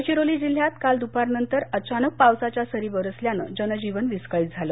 गडचिरोली जिल्ह्यात काल दुपारनंतर अचानक पावसाच्या सरी बरसल्याने जनजीवन विस्कळीत झालं